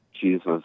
Jesus